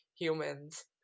humans